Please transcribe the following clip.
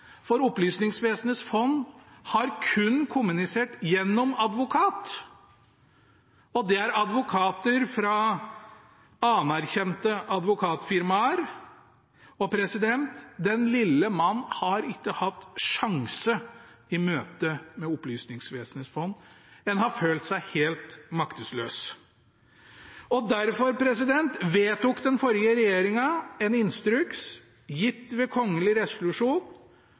for Opplysningsvesenets fond har kun kommunisert gjennom advokat, og det er advokater fra anerkjente advokatfirmaer. Den lille mann har ikke hatt sjanse i møte med Opplysningsvesenets fond, en har følt seg helt maktesløs. Derfor vedtok den forrige regjeringen en instruks gitt ved kongelig resolusjon